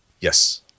yes